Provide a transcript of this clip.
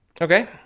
okay